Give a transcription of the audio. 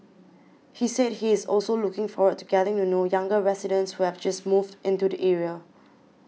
he said he is also looking forward to getting to know younger residents who have just moved into the area